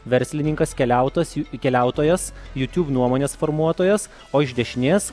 verslininkas keliautojas jų keliautojas jūtiūb nuomonės formuotojas o iš dešinės